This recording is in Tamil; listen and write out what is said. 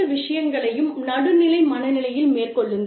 அனைத்து விஷயங்களையும் நடுநிலை மனநிலையில் மேற்கொள்ளுங்கள்